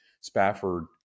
Spafford